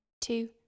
Two